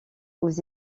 aux